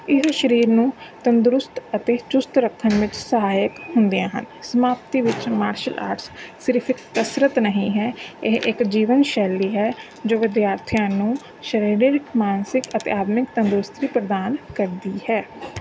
ਇਹ ਸਰੀਰ ਨੂੰ ਤੰਦਰੁਸਤ ਅਤੇ ਚੁਸਤ ਰੱਖਣ ਵਿੱਚ ਸਹਾਇਕ ਹੁੰਦੀਆਂ ਹਨ ਸਮਾਪਤੀ ਵਿੱਚ ਮਾਰਸ਼ਲ ਆਰਟਸ ਸਿਰਫ ਇਕ ਕਸਰਤ ਨਹੀਂ ਹੈ ਇਹ ਇੱਕ ਜੀਵਨ ਸ਼ੈਲੀ ਹੈ ਜੋ ਵਿਦਿਆਰਥੀਆਂ ਨੂੰ ਸਰੀਰਕ ਮਾਨਸਿਕ ਅਤੇ ਆਧੁਨਿਕ ਤੰਦਰੁਸਤੀ ਪ੍ਰਦਾਨ ਕਰਦੀ ਹੈ